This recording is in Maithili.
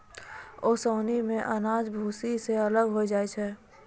ओसौनी सें अनाज भूसी सें अलग होय जाय छै